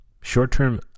short-term